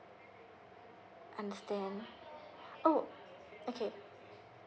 understand oh okay